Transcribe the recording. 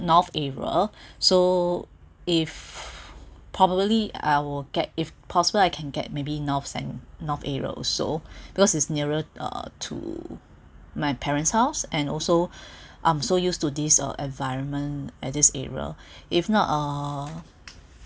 north area so if probably I would get if possible I can get maybe north cen~ north area so because is nearer uh to my parents' house and also I'm so used to this uh environment at this area if not uh